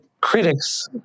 critics